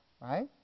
right